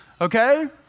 okay